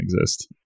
exist